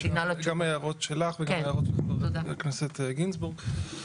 גם הערות שלך וגם של חבר הכנסת גינזבורג.